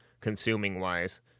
consuming-wise